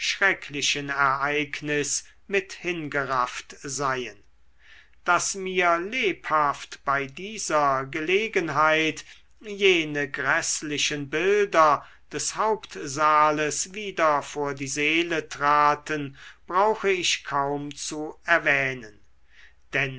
schrecklichen ereignis mit hingerafft seien daß mir lebhaft bei dieser gelegenheit jene gräßlichen bilder des hauptsaales wieder vor die seele traten brauche ich kaum zu erwähnen denn